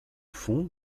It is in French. fond